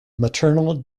maternal